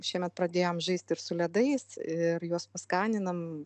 šiemet pradėjom žaisti ir su ledais ir juos paskaninam